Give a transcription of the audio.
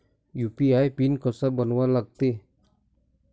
UPI pin कसा बनवा लागते?